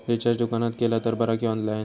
Recharge दुकानात केला तर बरा की ऑनलाइन?